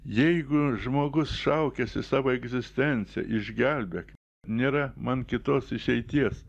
jeigu žmogus šaukiasi savo egzistenciją išgelbėk nėra man kitos išeities